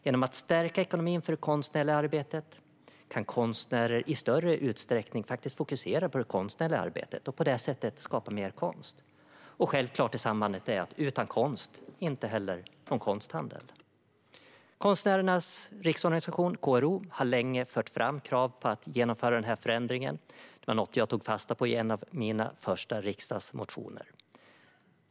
Genom att ekonomin stärks för det konstnärliga arbetet kan konstnärer i större utsträckning fokusera på det arbetet och på det sättet skapa mer konst. Självklart i sammanhanget är att det utan konst inte heller finns någon konsthandel. Konstnärernas Riksorganisation, KRO, har länge fört fram krav på att genomföra denna förändring. Detta var något jag tog fasta på i en av mina första riksdagsmotioner.